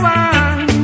one